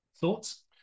thoughts